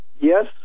yes